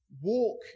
Walk